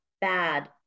bad